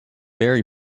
berry